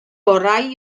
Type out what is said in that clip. orau